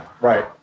Right